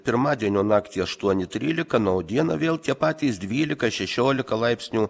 pirmadienio naktį aštuoni trylika na o dieną vėl tie patys dvylika šešiolika laipsnių